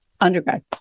Undergrad